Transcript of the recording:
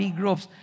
groups